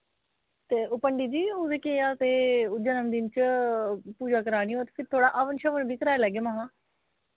ते ओह् पंडित जी ओह् बी केह् आक्खदे ओह् जनमदिन च पूजा करानी हो ते फिर थोह्ड़ा हवन शवन बी कराई लैगे महां